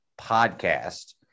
podcast